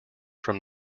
from